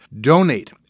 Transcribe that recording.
Donate